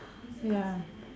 ya